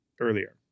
earlier